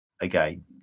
again